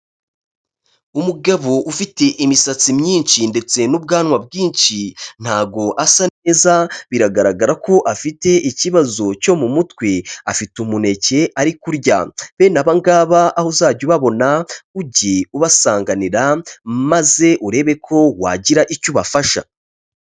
Umugabo ufite imisatsi myinshi ndetse n'ubwanwa bwinshi ntago asa neza biragaragara ko afite ikibazo cyo mu mutwe, afite umuneke ari kurya, bene aba ngaba aho uzajya ubabona ujye ubasanganira maze urebe ko wagira icyo ubafasha.